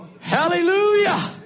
Hallelujah